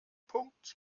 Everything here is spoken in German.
punkt